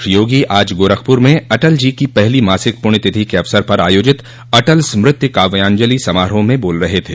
श्री योगी आज गोरखपुर में अटल जी की पहली मासिक पुण्य तिथि के अवसर पर आयोजित अटल स्मृति काव्यांजलि समारोह में बोल रहे थे